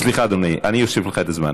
סליחה, אדוני, אני אוסיף לך את הזמן.